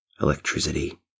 electricity